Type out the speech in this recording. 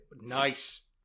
Nice